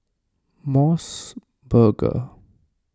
Mos Burger